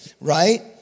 right